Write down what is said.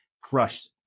crushed